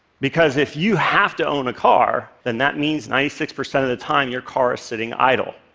because if you have to own a car then that means ninety six percent of the time your car is sitting idle.